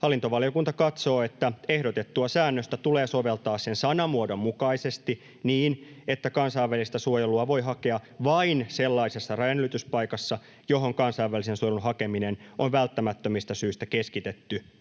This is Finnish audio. ”Hallintovaliokunta katsoo, että ehdotettua säännöstä tulee soveltaa sen sanamuodon mukaisesti niin, että kansainvälistä suojelua voi hakea vain sellaisessa rajanylityspaikassa, johon kansainvälisen suojelun hakeminen on välttämättömistä syistä keskitetty,